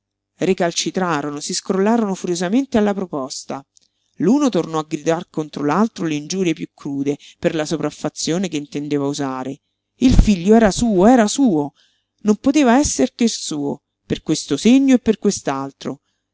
volle recalcitrarono si scrollarono furiosamente alla proposta l'uno tornò a gridar contro l'altro le ingiurie piú crude per la sopraffazione che intendeva usare il figlio era suo era suo non poteva esser che suo per questo segno e per